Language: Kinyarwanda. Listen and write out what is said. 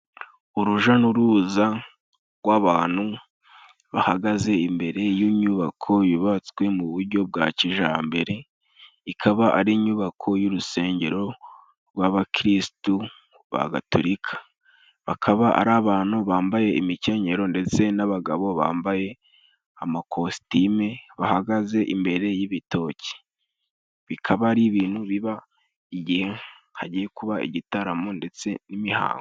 Uruja n'uruza rw'abantu bahagaze imbere y'inyubako yubatswe mu buryo bwa kijambere, ikaba ari inyubako y'urusengero rw'abakirisitu ba gatolika. Bakaba ari abantu bambaye imikenyero ndetse n'abagabo bambaye amakositime bahagaze imbere y'ibitoki, bikaba ari ibintu biba igihe hagiye kuba igitaramo ndetse n'imihango.